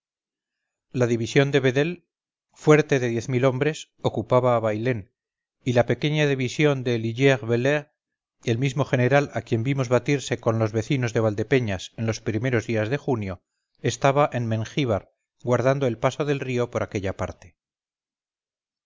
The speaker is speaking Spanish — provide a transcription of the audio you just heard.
la división de vedel fuerte de diez mil hombres ocupaba a bailén y la pequeña división de ligier belair el mismo general a quien vimos batirse con los vecinos de valdepeñas en los primeros días de junio estaba en mengíbar guardando el paso del río por aquella parte